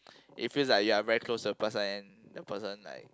it feels like you are very close to the person the person like